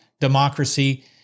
democracy